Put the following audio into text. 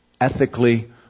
ethically